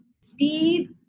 Steve